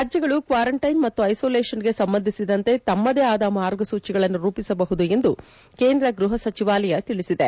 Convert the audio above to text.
ರಾಜ್ಗಳು ಕ್ವಾರಂಟೈನ್ ಮತ್ತು ಐಸೊಲೋಷನ್ಗೆ ಸಂಬಂಧಿಸಿದಂತೆ ತಮ್ಮದೇ ಆದ ಮಾರ್ಗಸೂಚಿಗಳನ್ನು ರೂಪಿಸಬಹುದು ಎಂದು ಕೇಂದ್ರ ಗ್ವಹ ಸಚಿವಾಲಯ ತಿಳಿಸಿದೆ